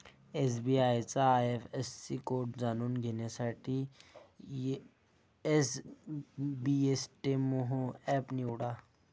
SBI चा IFSC code जाणून घेण्यासाठी एसबइस्तेमहो एप निवडा